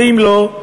ואם לא,